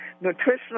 nutritional